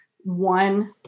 one